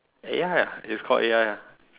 A_I ah it's called A_I ah